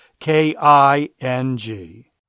K-I-N-G